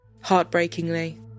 Heartbreakingly